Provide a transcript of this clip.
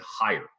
higher